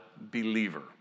believer